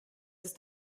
ist